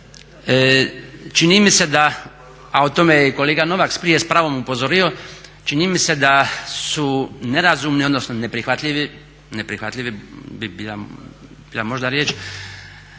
Čini mi se da, a o tome je i kolega Novak prije s pravom upozorio, čini mi se da su nerazumni odnosno neprihvatljivi, neprihvatljivi bi bila možda riječ,